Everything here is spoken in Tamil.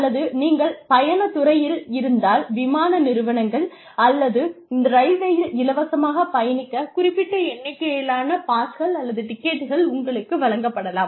அல்லது நீங்கள் பயணத் துறையில் இருந்தால் விமான நிறுவனங்கள் அல்லது ரயில்வேயில் இலவசமாகப் பயணிக்கக் குறிப்பிட்ட எண்ணிக்கையிலான பாஸ்கள் அல்லது டிக்கெட்டுகள் உங்களுக்கு வழங்கப்படலாம்